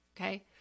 Okay